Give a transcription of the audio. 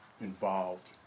involved